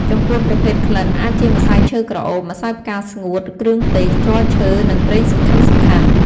ចំពោះប្រភេទក្លិនអាចជាម្សៅឈើក្រអូប ម្សៅផ្កាស្ងួត គ្រឿងទេស ជ័រឈើនិងប្រេងសំខាន់ៗ។